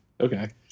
okay